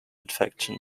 infection